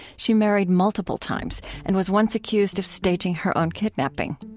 she married multiple times and was once accused of staging her own kidnapping.